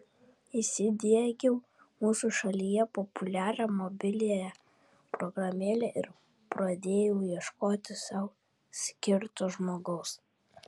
įsidiegiau mūsų šalyje populiarią mobiliąją programėlę ir pradėjau ieškoti sau skirto žmogaus